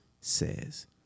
says